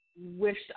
wished